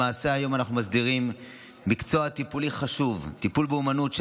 למעשה אנחנו מסדירים היום מקצוע טיפולי חשוב טיפול באומנות,